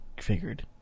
figured